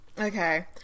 Okay